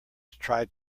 tried